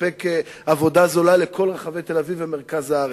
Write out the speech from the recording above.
שמספק עבודה זולה לכל רחבי תל-אביב ומרכז הארץ,